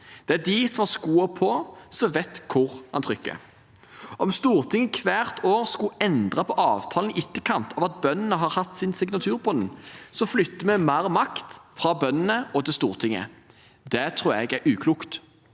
Det er den som har skoen på, som vet hvor den trykker. Om Stortinget hvert år skulle endre på avtalen i etterkant av at bøndene har satt sin signatur på den, flytter vi mer makt fra bøndene til Stortinget. Det tror jeg er uklokt.